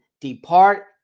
depart